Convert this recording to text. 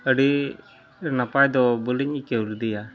ᱟᱹᱰᱤ ᱱᱟᱯᱟᱭᱫᱚ ᱵᱟᱹᱞᱤᱧ ᱟᱹᱭᱠᱟᱹᱣ ᱞᱮᱫᱮᱭᱟ